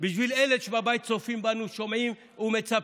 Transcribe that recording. בשביל אלה שצופים בנו בבית, שומעים ומצפים.